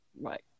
Right